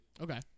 Okay